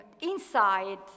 inside